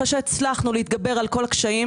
אחרי שהצלחנו להתגבר על כל הקשיים